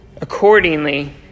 accordingly